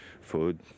food